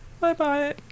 Bye-bye